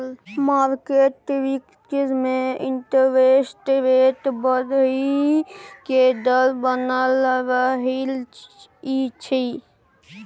market risk में interest rate बढ़इ के डर बनल रहइ छइ